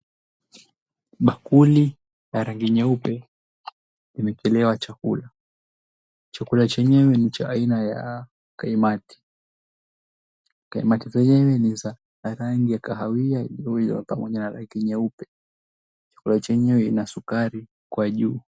Bakuli la rangi nyeupe imeekelewa chakula. Chakula chenyewe ni cha aina ya kaimati. Kaimati zenyewe ni za rangi ya kahawia iliyo pamoja na rangi nyeupe. Chakula chenyewe ina sukari kwa juu.